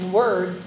word